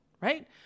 right